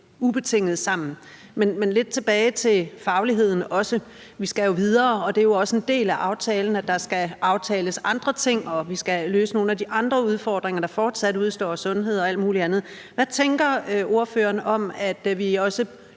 ubetinget sammen. Men lidt tilbage til fagligheden også. Vi skal jo videre, og det er også en del af aftalen, at der skal aftales andre ting, og at vi skal løse nogle af de andre udfordringer, der fortsat udestår, sundhed og alt muligt andet. Hvad tænker ordføreren om, at vi også